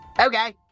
Okay